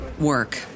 work